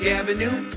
avenue